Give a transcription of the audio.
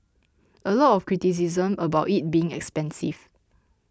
a lot of criticism about it being expensive